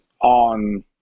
on